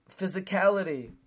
physicality